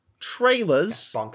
trailers